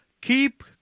Keep